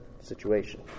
situation